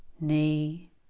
knee